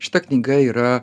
šita knyga yra